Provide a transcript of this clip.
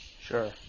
Sure